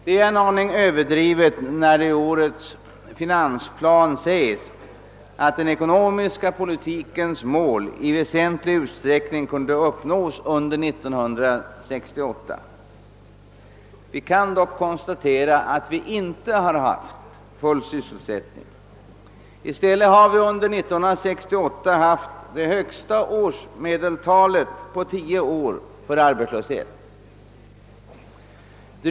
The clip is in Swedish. Det är en aning överdrivet när det i årets finansplan framhålles att den ekonomiska politikens mål i väsentlig utsträckning kunde uppnås under 1968. Vi kan dock konstatera att vi inte har haft full sysselsättning. I stället hade vi under 1968 det högsta årsmedeltalet under tio år i fråga om arbetslöshet.